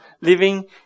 living